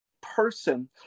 person